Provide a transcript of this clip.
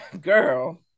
girl